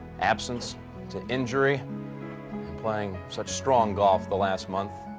absence to injury plying such strong golf the last month,